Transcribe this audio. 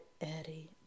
Eddie